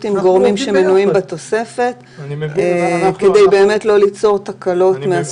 עם גורמים שמנויים בתוספת כדי לא ליצור תקלות.